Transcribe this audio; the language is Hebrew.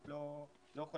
וזה